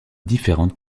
différentes